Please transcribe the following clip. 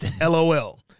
LOL